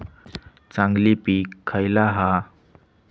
चांगली पीक खयला हा?